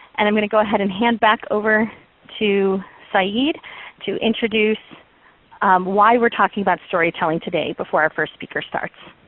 and i'm going to go ahead and hand it back over to saeed to introduce why we're talking about storytelling today before our first speaker starts.